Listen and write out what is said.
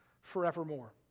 forevermore